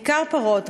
בעיקר פרות,